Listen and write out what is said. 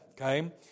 Okay